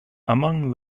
among